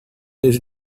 his